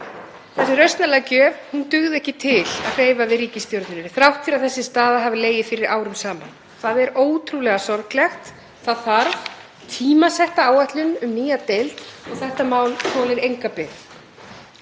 Þessi rausnarlega gjöf dugði ekki til til að hreyfa við ríkisstjórninni þrátt fyrir að þessi staða hafi legið fyrir árum saman. Það er ótrúlega sorglegt. Það þarf tímasetta áætlun um nýja deild. Þetta mál þolir enga bið.